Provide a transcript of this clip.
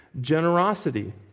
Generosity